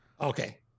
Okay